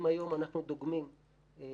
אם היום אנחנו דוגמים עובדים